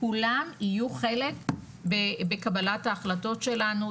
כולם יהיו חלק בקבלת ההחלטות שלנו,